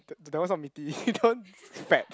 that that one is not meaty that one is fat